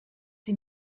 sie